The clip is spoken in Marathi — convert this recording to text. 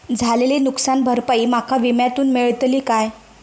झालेली नुकसान भरपाई माका विम्यातून मेळतली काय?